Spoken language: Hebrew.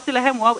ואמרתי להם: וואי,